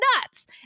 nuts